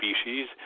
species